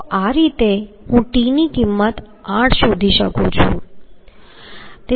તો આ રીતે હું t ની કિંમત 8 શોધી શકું છું